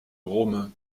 romain